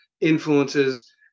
influences